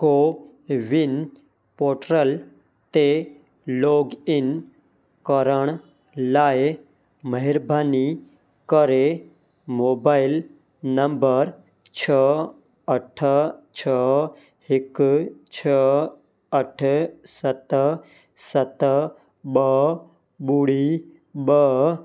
CoWIN portal ते login करण लाइ महिरबानी करे मोबाइल नम्बर छह अठ छह हिकु छह अठि सत सत ॿ ॿुड़ी ॿ